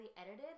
edited